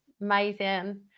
Amazing